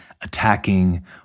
attacking